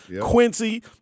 Quincy